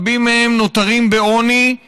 רבים מהם נותרים בעוני,